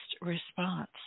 response